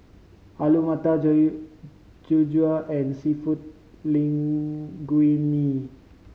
Alu Matar and Seafood Linguine